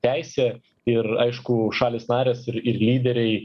teisė ir aišku šalys narės ir ir lyderiai